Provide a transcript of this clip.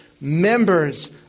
members